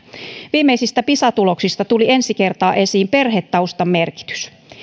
viimeisimmistä pisa tuloksista tuli ensi kertaa esiin perhetaustan merkitys